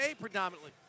predominantly